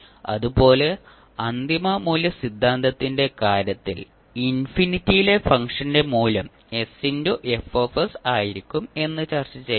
അതുപോലെ അന്തിമ മൂല്യ സിദ്ധാന്തത്തിന്റെ കാര്യത്തിൽ ഇൻഫിനിറ്റിയിലെ ഫംഗ്ഷന്റെ മൂല്യം ആയിരിക്കും എന്ന് ചർച്ച ചെയ്തു